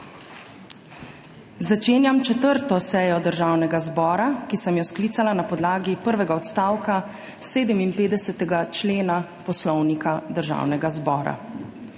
Začenjam 4. sejo Državnega zbora, ki sem jo sklicala na podlagi prvega odstavka 57. člena Poslovnika Državnega zbora.